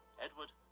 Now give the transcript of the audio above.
Edward